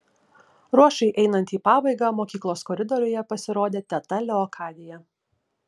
ruošai einant į pabaigą mokyklos koridoriuje pasirodė teta leokadija